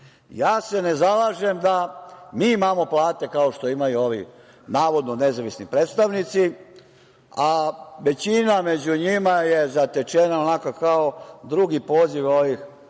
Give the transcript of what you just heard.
Ja se ne zalažem da mi imamo plate kao što imaju ovi navodno nezavisni predstavnici, a većina među njima je zatečena onako kao drugi poziv DS, drugopozivci